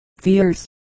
fears